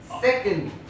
Second